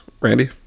Randy